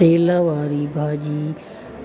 तेलु वारी भाॼी